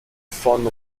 von